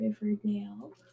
Riverdale